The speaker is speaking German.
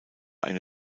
eine